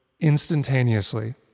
Instantaneously